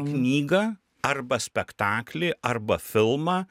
knygą arba spektaklį arba filmą